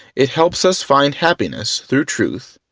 it helps us find happiness through truth,